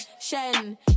Shen